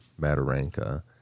Mataranka